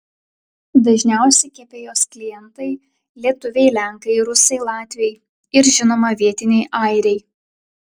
dažniausi kepėjos klientai lietuviai lenkai rusai latviai ir žinoma vietiniai airiai